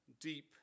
deep